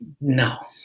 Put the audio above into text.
No